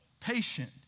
Patient